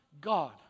God